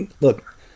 look